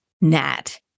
Nat